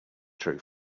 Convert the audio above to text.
true